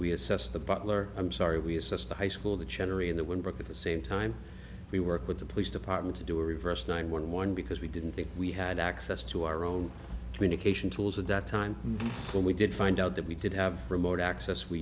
we assess the butler i'm sorry we assessed the high school the cherry in that one book at the same time we work with the police department to do a reverse nine when one because we didn't think we had access to our own communication tools at that time when we did find out that we did have remote access we